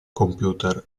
computer